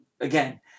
again